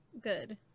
Good